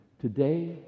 Today